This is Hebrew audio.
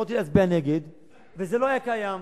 יכולתי להצביע נגד וזה לא היה קיים,